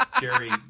Jerry